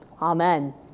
Amen